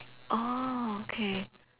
oh okay